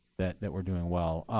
that that we're doing well.